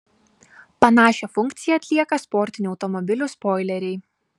panašią funkciją atlieka sportinių automobilių spoileriai